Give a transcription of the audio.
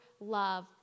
love